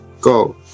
Go